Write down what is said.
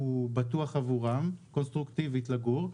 בטוח עבורם קונסטרוקטיבית למגורים,